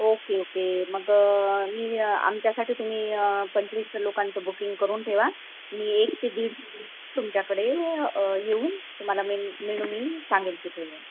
okay okay मग मी आमच्यासाठी तुम्ही पंचवीस लोकांचं बुकिंग करून ठेवा मी एक ते दीड तुमच्याकडे येऊन तुम्हाला मेनू मेनू मी सांगेल तिथे येऊन